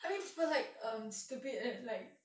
I mean people like um stupid and like